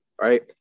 right